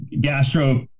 gastro